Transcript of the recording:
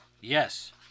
Yes